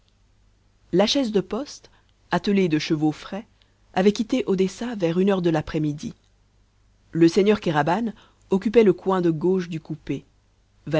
la chaise de poste attelée de chevaux frais avait quitté odessa vers une heure de l'après-midi le seigneur kéraban occupait le coin de gauche du coupé